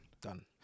Done